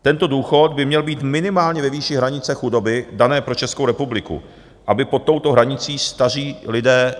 Tento důchod by měl být minimálně ve výši hranice chudoby dané pro Českou republiku, aby pod touto hranicí staří lidé neživořili.